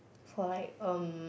for like um